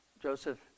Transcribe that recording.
Joseph